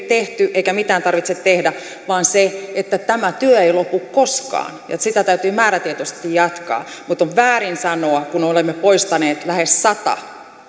tehty eikä mitään tarvitse tehdä vaan se että tämä työ ei lopu koskaan ja että sitä täytyy määrätietoisesti jatkaa mutta on väärin sanoa kun olemme poistaneet lähes sata